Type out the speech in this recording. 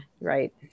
right